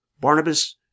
Barnabas